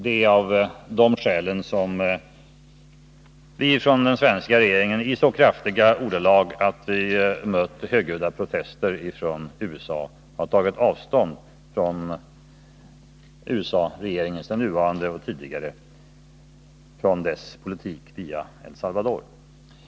Det är skälen till att vi i den svenska regeringen i så kraftiga ordalag att vi mött högjudda protester från USA tagit avstånd från den nuvarande och från tidigare USA-regeringars politik visavi El Salvador.